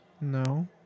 No